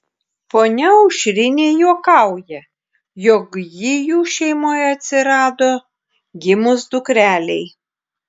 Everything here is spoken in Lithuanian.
ponia aušrinė juokauja jog ji jų šeimoje atsirado gimus dukrelei